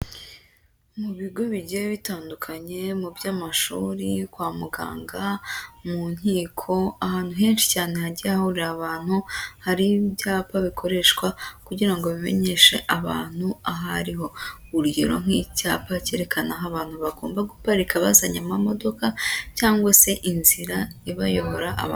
Mu bigo bigiye bitandukanye mu by'amashuri, kwa muganga, mu nkiko, ahantu henshi cyane hagiye hahurira ahantu, hari ibyapa bikoreshwa kugira ngo bimenyeshe abantu aho ariho. Urugero nk'icyapa cyerekana aho abantu bagomba guparika bazanye amamodoka, cyangwa se inzira ibayobora aba...